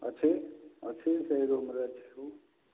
ଅଛି ଅଛି ସେଇ ରୁମ୍ରେ ଅଛି ସବୁ